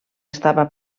estava